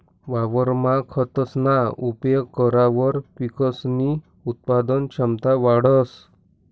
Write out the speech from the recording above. वावरमा खतसना उपेग करावर पिकसनी उत्पादन क्षमता वाढंस